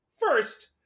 First